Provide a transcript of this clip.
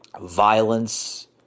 violence